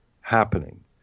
happening